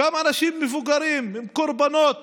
גם אנשים מבוגרים הם קורבנות